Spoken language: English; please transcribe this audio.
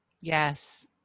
Yes